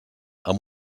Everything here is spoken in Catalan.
amb